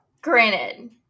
Granted